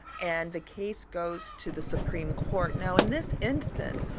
and the case goes to the supreme court. now in this instance,